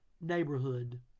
neighborhood